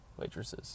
waitresses